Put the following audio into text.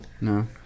No